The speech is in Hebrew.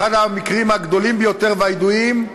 אחד המקרים הגדולים והידועים ביותר,